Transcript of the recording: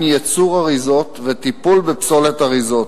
ייצור אריזות וטיפול בפסולת אריזות,